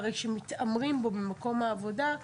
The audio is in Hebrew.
הרי שמתעמרים בו במקום העבודה,